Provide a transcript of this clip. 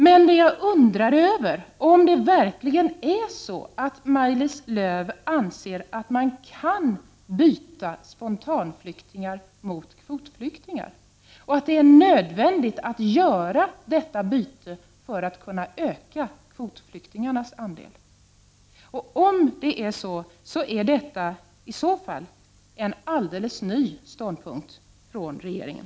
Men jag undrar om det verkligen är så att Maj-Lis Lööw anser att man kan byta spontanflyktingar mot kvotflyktingar och att det är nödvändigt att göra detta byte för att kunna öka kvotflyktingarnas andel. Om det är så, är detta i så fall en alldeles ny ståndpunkt från regeringen.